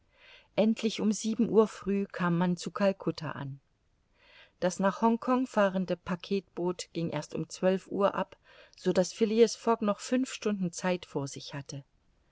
endlich um sieben uhr früh kam man zu calcutta an das nach hongkong fahrende packetboot ging erst um zwölf uhr ab so daß phileas fogg noch fünf stunden zeit vor sich hatte